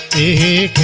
a